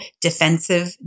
defensive